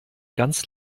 ganz